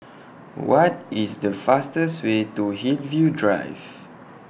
What IS The fastest Way to Hillview Drive